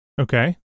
Okay